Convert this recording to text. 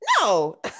No